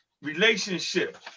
relationship